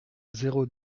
zéro